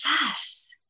yes